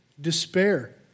despair